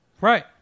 Right